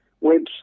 webs